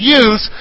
use